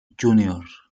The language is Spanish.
juniors